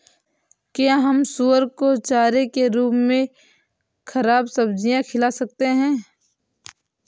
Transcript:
क्या हम सुअर को चारे के रूप में ख़राब सब्जियां खिला सकते हैं?